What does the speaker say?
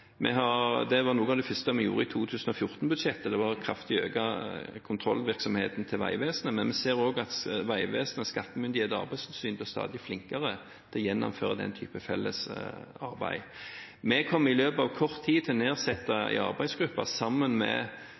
Noe av det første vi gjorde i 2014-budsjettet, var å øke kraftig kontrollvirksomheten til Vegvesenet. Vi ser også at Vegvesenet, skattemyndighetene og Arbeidstilsynet blir stadig flinkere til å gjennomføre den typen fellesarbeid. Vi kommer i løpet av kort tid til å nedsette en arbeidsgruppe sammen med